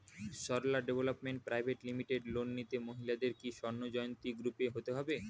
Sarala development private limited loan নিতে মহিলাদের কি স্বর্ণ জয়ন্তী গ্রুপে হতে হবে?